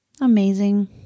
Amazing